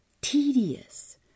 tedious